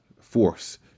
force